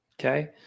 okay